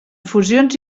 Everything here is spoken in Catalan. fusions